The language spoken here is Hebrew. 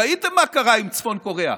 ראיתם מה קרה עם צפון קוריאה,